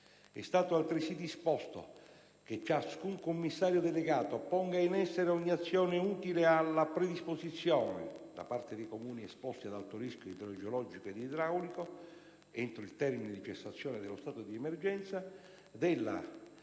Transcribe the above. È stato altresì disposto che ciascun commissario delegato ponga in essere ogni azione utile alla predisposizione, da parte dei Comuni esposti ad alto rischio idrogeologico ed idraulico, entro il termine di cessazione dello stato di emergenza, della